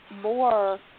more